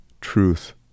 truth